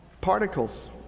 particles